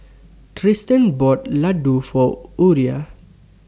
Triston bought Ladoo For Uriah